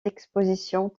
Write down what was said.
expositions